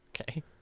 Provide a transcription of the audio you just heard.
Okay